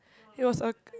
it was a